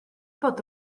bod